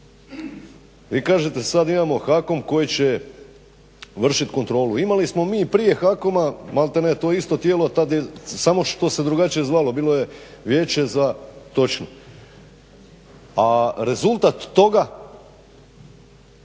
Vi kažete sad imamo HAKOM koji će vršiti kontrolu. Imali smo mi i prije HAKOM-a maltene to isto tijelo samo što se drugačije zvalo bilo je Vijeće za … /Upadica